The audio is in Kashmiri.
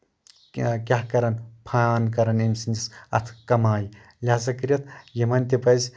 کیٚاہ کرن فان کران أمۍ سٕنٛدِس اَتھ کَمایہِ لِہازا کٔرِتھ یِمن تہِ پَزِ